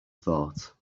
thought